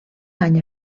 any